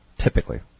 Typically